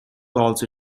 calls